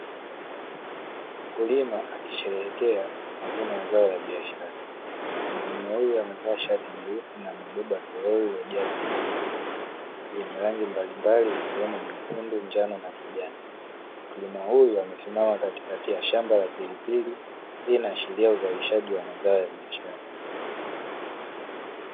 Mkulima akisherehekea mavuno ya zao la biashara, mwanaume huyu amevaa shati nyeusi na amebeba torori lililojaa pilipili zenye rangi mbalimbali zikiwemo nyekundu, njano na kijani, mkulima huyu amesimama katikati ya shamba la pilipili, hii inaashiria uzalishaji wa mazao ya biashara.